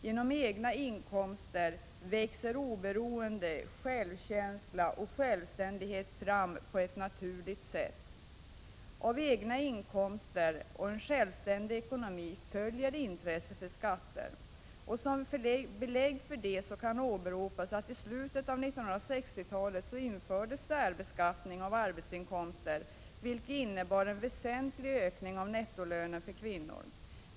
Genom egna inkomster växer oberoende, självkänsla och självständighet fram på ett naturligt sätt. Av egna inkomster och en självständig ekonomi följer intresse för skatter. Som belägg för detta kan åberopas att i slutet av 1960-talet infördes särbeskattning av arbetsinkomster, vilket innebar en väsentlig ökning av nettolönen för kvinnor.